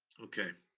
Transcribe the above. okay,